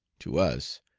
to us,